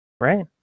Right